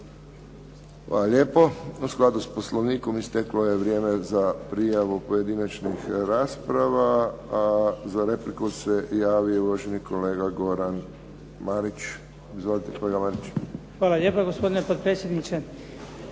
Hvala lijepo. U skladu s poslovnikom isteklo je vrijeme za prijavu pojedinačnih rasprava a za repliku se javio uvaženi kolega Goran Marić. Izvolite kolega Marić. **Marić, Goran (HDZ)** Hvala lijepa gospodine potpredsjedniče.